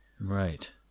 Right